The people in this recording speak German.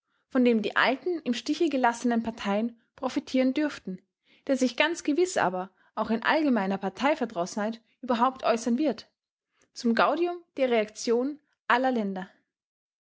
von dem die alten im stiche gelassenen parteien profitieren dürften der sich ganz gewiß aber auch in allgemeiner parteiverdrossenheit überhaupt äußern wird zum gaudium der reaktion aller länder